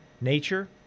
nature